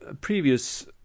previous